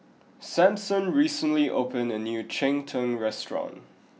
Samson recently opened a new Cheng Tng restaurant